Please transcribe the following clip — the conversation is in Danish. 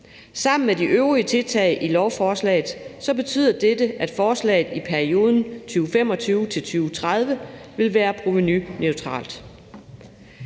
Sammen med de øvrige tiltag i lovforslaget betyder dette, at forslaget i perioden 2025-2030 vil være provenuneutralt.